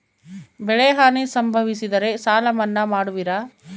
ಬೆಳೆಹಾನಿ ಸಂಭವಿಸಿದರೆ ಸಾಲ ಮನ್ನಾ ಮಾಡುವಿರ?